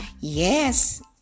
Yes